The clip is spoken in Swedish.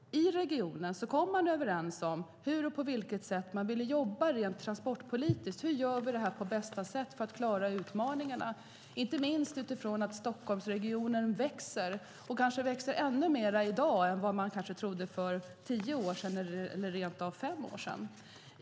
I regionen kom man dock överens om hur man ville jobba transportpolitiskt för att klara utmaningarna på bästa sätt. Stockholmsregionen växer, och den växer ännu mer i dag än man kanske trodde för tio eller fem år sedan.